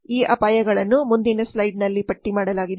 ಈ ಅಪಾಯಗಳನ್ನು ಮುಂದಿನ ಸ್ಲೈಡ್ನಲ್ಲಿ ಪಟ್ಟಿ ಮಾಡಲಾಗಿದೆ